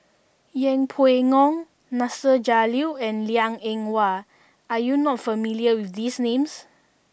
Yeng Pway Ngon Nasir Jalil and Liang Eng Hwa are you not familiar with these names